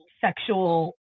sexual